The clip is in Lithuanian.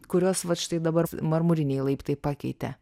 kuriuos vat štai dabar marmuriniai laiptai pakeitė